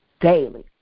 daily